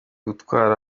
gutabarwa